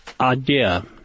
idea